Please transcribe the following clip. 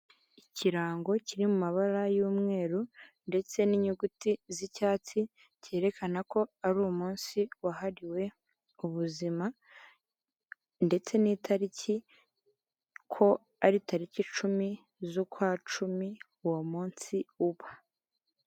Ikirango kiri mu mabara y'umweru ndetse n'inyuguti z'icyatsi cyerekana ko ari umunsi wahariwe ubuzima ndetse n'itariki ko ari tariki icumi z'ukwa cumi uwo munsi uba.